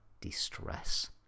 distress